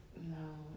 No